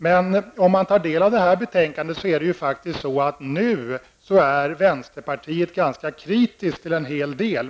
Men när man tar del av det här betänkandet finner man att vänsterpartiet nu är ganska kritiskt till en hel del.